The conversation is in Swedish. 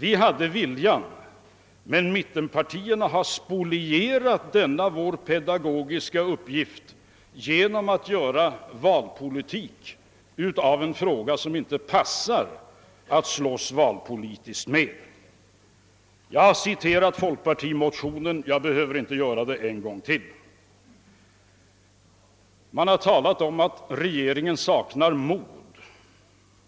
Vi hade viljan, men mittenpartierna har spolierat denna vår pedagogiska strävan genom att göra valpolitik av en fråga som inte passar att slåss valpolitiskt med. Jag har citerat folkpartimotionen och behöver inte göra det en gång till. Man har talat om att regeringen saknar mod